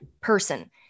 person